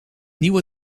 nieuwe